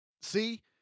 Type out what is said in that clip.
See